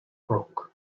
broke